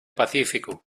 pacífico